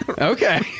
Okay